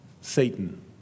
Satan